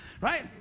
right